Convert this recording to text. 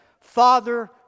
Father